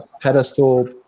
pedestal